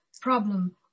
problem